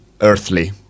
earthly